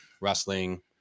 wrestling